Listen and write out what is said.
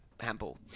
handball